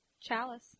Chalice